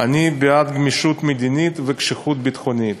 אני בעד גמישות מדינית וקשיחות ביטחונית.